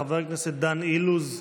חבר הכנסת דן אילוז,